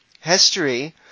history